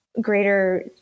greater